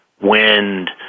wind